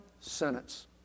sentence